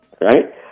Right